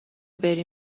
بری